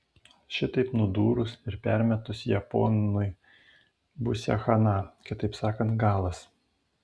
šitaip nudūrus ir permetus japonui būsią chana kitaip sakant galas